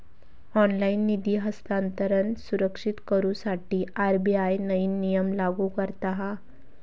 online निधी हस्तांतरण सुरक्षित करुसाठी आर.बी.आय नईन नियम लागू करता हा